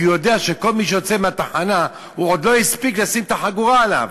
כי הוא יודע שכל מי שיוצא מהתחנה עוד לא הספיק לשים את החגורה עליו,